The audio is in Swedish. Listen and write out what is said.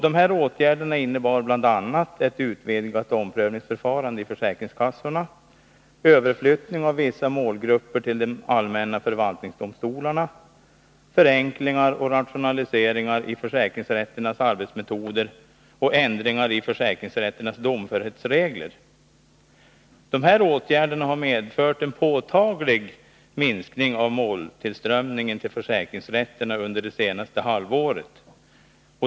Dessa åtgärder innebär bl.a. ett utvidgat omprövningsförfarande i försäkringskassorna, överflyttning av vissa målgrupper till de Dessa åtgärder har medfört en påtaglig minskning av måltillströmningen till försäkringsrätterna under det senaste halvåret.